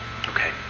Okay